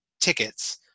tickets